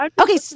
Okay